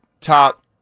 top